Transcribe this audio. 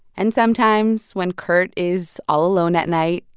and sometimes when kurt is all alone at night,